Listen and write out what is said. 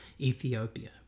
Ethiopia